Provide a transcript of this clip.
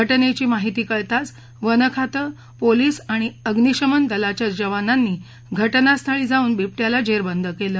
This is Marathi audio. घटनेची माहिती कळताच वन खातं पोलीस आणि अग्निशमन दलाच्या जवानांनी घटनास्थळी जाऊन बिबट्याला जेरबंद केलं